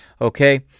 okay